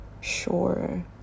sure